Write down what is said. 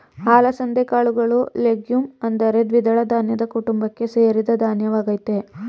ಅಲಸಂದೆ ಕಾಳುಗಳು ಲೆಗ್ಯೂಮ್ ಅಂದರೆ ದ್ವಿದಳ ಧಾನ್ಯದ ಕುಟುಂಬಕ್ಕೆ ಸೇರಿದ ಧಾನ್ಯವಾಗಯ್ತೆ